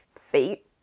fate